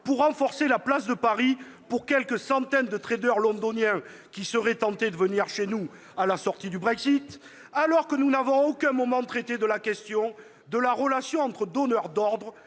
pour renforcer la place de Paris au bénéfice de quelques centaines de traders londoniens qui seraient tentés de venir chez nous en raison du Brexit, alors que nous n'avons, à aucun moment, traité de la question de la relation entre donneurs d'ordres